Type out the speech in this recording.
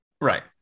right